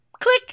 click